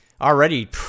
Already